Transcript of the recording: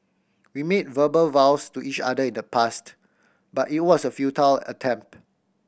we made verbal vows to each other in the past but it was a futile attempt